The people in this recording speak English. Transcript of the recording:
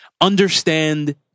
understand